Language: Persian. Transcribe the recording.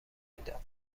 میداد